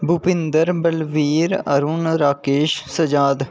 Bhupinder Balbir Arun Rakesh Sajjad